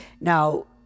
now